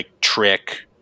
trick